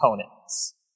components